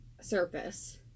surface